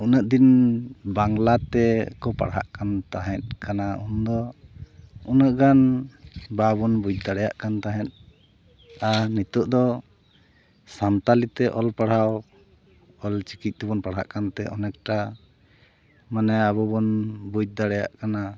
ᱩᱱᱟᱹᱜ ᱫᱤᱱ ᱵᱟᱝᱞᱟᱛᱮ ᱠᱚ ᱯᱟᱲᱦᱟᱜ ᱠᱟᱱ ᱛᱟᱦᱮᱫ ᱠᱟᱱᱟ ᱩᱱᱫᱚ ᱫᱚ ᱩᱱᱟᱹᱜ ᱜᱟᱱ ᱵᱟᱵᱚᱱ ᱵᱩᱡᱽ ᱫᱟᱲᱮᱭᱟᱜ ᱠᱟᱱ ᱛᱟᱦᱮᱫ ᱟᱨ ᱱᱤᱛᱚᱜ ᱫᱚ ᱥᱟᱱᱛᱟᱞᱤᱛᱮ ᱚᱞ ᱯᱟᱲᱦᱟᱣ ᱚᱞ ᱪᱤᱠᱤ ᱛᱮᱵᱚᱱ ᱯᱟᱲᱟᱜ ᱠᱟᱱᱛᱮ ᱚᱱᱮᱠ ᱴᱟ ᱢᱟᱱᱮ ᱟᱵᱚᱵᱚᱱ ᱵᱩᱡᱽ ᱫᱟᱲᱮᱭᱟᱜ ᱠᱟᱱᱟ